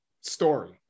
story